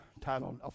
titled